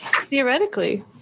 theoretically